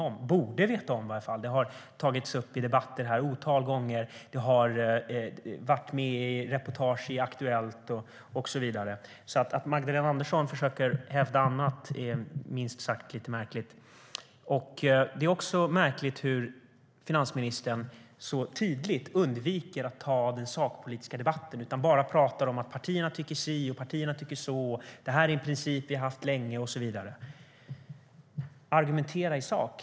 Hon borde i varje fall veta det. Det har tagits upp i debatter här ett otal gånger. Det har tagits upp i reportage i Aktuellt och så vidare. Att Magdalena Andersson försöker hävda något annat är minst sagt lite märkligt. Det är också märkligt att finansministern tydligt undviker att ta den sakpolitiska debatten och bara säger: Partierna tycker si, och partierna tycker så. Det här är en princip vi har haft länge och så vidare. Argumentera i sak!